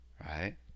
right